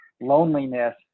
loneliness